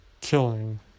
Killing